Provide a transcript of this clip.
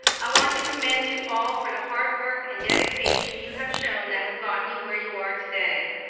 i want to commend you all for the hard work and dedication you have shown that have gotten you where you are today.